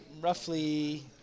roughly